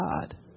god